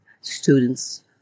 students